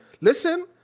listen